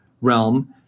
realm